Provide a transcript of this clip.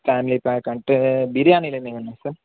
family pack అంటే బిర్యానీ ఏమే ఉన్నా సార్